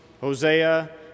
Hosea